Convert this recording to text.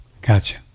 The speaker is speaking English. Gotcha